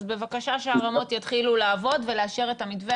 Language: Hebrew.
אז בבקשה שהרמות יתחילו לעבוד ולאשר את המתווה